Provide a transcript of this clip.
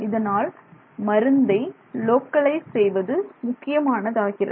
இதனால் மருந்தை லோக்கலைஸ் செய்வது முக்கியமானதாகிறது